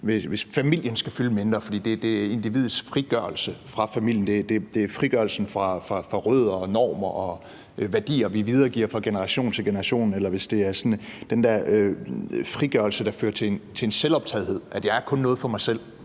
– at familien skal fylde mindre, fordi det er individets frigørelse fra familien, det er frigørelsen fra rødder, normer og værdier, vi videregiver fra generation til generation, eller den der frigørelse, der fører til en selvoptagethed, hvor jeg kun er noget for mig selv